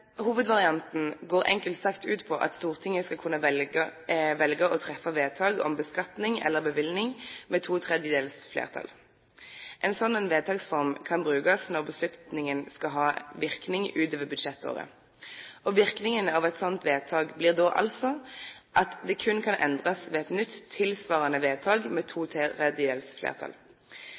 Hovedvarianten går enkelt sagt ut på at Stortinget skal kunne velge å treffe vedtak om beskatning eller bevilgning med to tredjedels flertall. En slik vedtaksform kan brukes når beslutningen skal ha virkning utover budsjettåret. Virkningen av et slikt vedtak blir da altså at det kun kan endres ved et nytt, tilsvarende vedtak med to tredjedels flertall. Forslagsstillerne mener at dette vil legge til